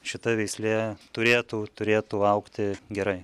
šita veislė turėtų turėtų augti gerai